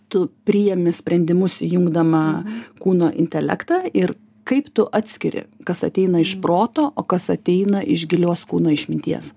tu priimi sprendimus įjungdama kūno intelektą ir kaip tu atskiri kas ateina iš proto o kas ateina iš gilios kūno išminties